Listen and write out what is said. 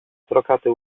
pstrokaty